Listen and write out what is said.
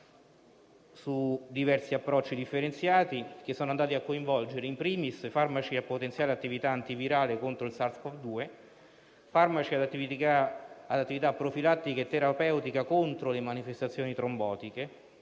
su diversi approcci differenziati, che sono andati a coinvolgere *in primis* farmaci a potenziale attività antivirale contro il SARS-Cov-2, farmaci ad attività profilattica e terapeutica contro le manifestazioni trombotiche,